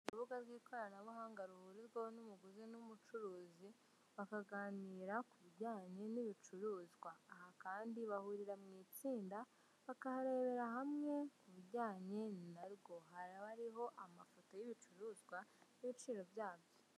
Urubuga rw'ikoranabuhanga ruhurirwaho n'umuguzi n'umucuruzi bakaganira ku bijyanye n'ibicuruzwa. Aha kandi bahurira mu itsinda bakaharebera hamwe ibijyanye narwo. Haba hariho amafoto y'ibicuruzwa n'ibiciro byabyo.